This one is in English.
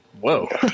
Whoa